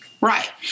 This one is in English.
right